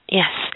yes